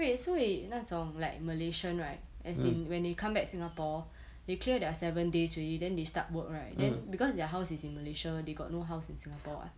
wait 所以那种 like malaysian right as in when you come back singapore they clear their seven days already then they start work right then because their house is in malaysia they got no house in singapore [what]